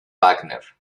wagner